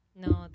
No